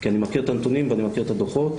כי אני מכיר את הנתונים ואני מכיר את הדוחות,